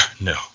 No